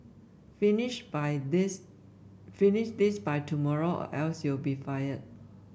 finish by this finish this by tomorrow or else you'll be fired